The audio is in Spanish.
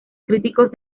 críticos